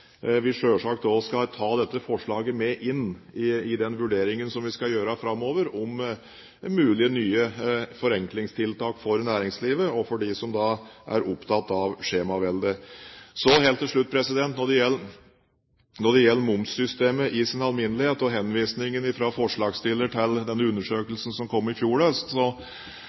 vi selvsagt skal ta dette forslaget med i den vurderingen som vi skal gjøre framover av mulige nye forenklingstiltak for næringslivet og for dem som er opptatt av skjemaveldet. Så helt til slutt: Når det gjelder momssystemet i sin alminnelighet og henvisningen fra forslagsstiller til den undersøkelsen som kom i fjor høst,